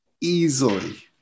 easily